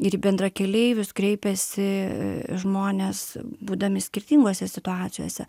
ir į bendrakeleivius kreipiasi žmonės būdami skirtingose situacijose